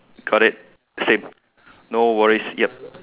got it same no worries yup